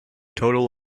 total